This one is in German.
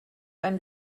ein